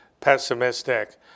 pessimistic